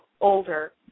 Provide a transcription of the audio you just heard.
older